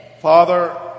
Father